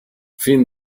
fin